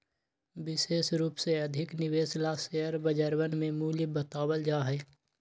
विशेष रूप से अधिक निवेश ला शेयर बजरवन में मूल्य बतावल जा हई